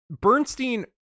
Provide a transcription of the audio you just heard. Bernstein